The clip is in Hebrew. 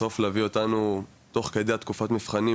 בסוף להביא אותנו תוך כדי תקופת המבחנים,